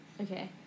Okay